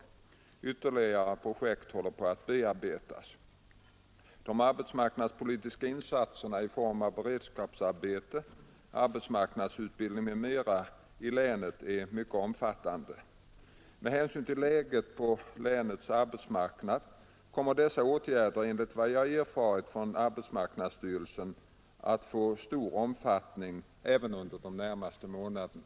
Ytterligare projekt håller på att bearbetas. De arbetsmarknadspolitiska insatserna i form av beredskapsarbeten, arbetsmarknadsutbildning m.m. i länet är mycket omfattande. Med hänsyn till läget på länets arbetsmarknad kommer dessa åtgärder enligt vad jag erfarit från arbetsmarknadsstyrelsen att få stor omfattning även under de närmaste månaderna.